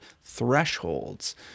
Thresholds